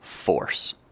Force